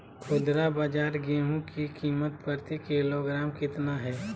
खुदरा बाजार गेंहू की कीमत प्रति किलोग्राम कितना है?